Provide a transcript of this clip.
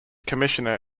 commissioner